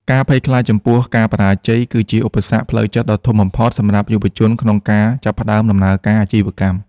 ការភ័យខ្លាចចំពោះការបរាជ័យគឺជាឧបសគ្គផ្លូវចិត្តដ៏ធំបំផុតសម្រាប់យុវជនក្នុងការចាប់ផ្ដើមដំណើរការអាជីវកម្ម។